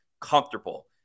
comfortable